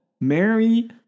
Mary